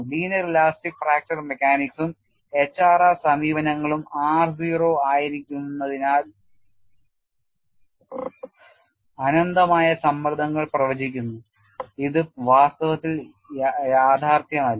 linear elastic fracture മെക്കാനിക്സും HRR സമീപനങ്ങളും r 0 ആയിരിക്കുന്നതിനാൽ അനന്തമായ സമ്മർദ്ദങ്ങൾ പ്രവചിക്കുന്നു ഇത് വാസ്തവത്തിൽ യാഥാർത്ഥ്യമല്ല